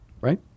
Right